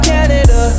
Canada